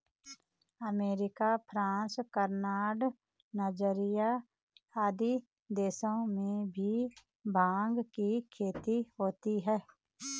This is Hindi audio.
अमेरिका, फ्रांस, कनाडा, नाइजीरिया आदि देशों में भी भाँग की खेती होती है